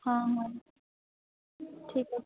ହଁ ହଁ ଠିକ୍ ଅଛି